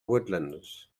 woodlands